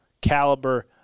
caliber